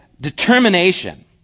determination